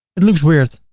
it looks weird.